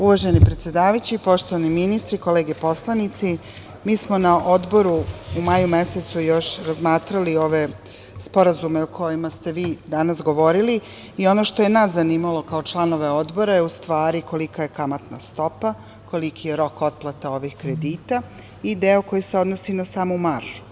Uvaženi predsedavajući, poštovani ministri, kolege poslanici, mi smo na Odboru u maju mesecu još razmatrali ove sporazume o kojima ste vi danas govorili i ono što nas zanimalo je kao članove Odbore jeste kolika je kamatna stopa, koliki je rok otplata ovih kredita i deo koji se odnosi na samu maržu.